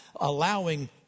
allowing